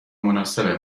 مناسب